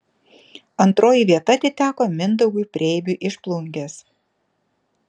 antroji vieta atiteko mindaugui preibiui iš plungės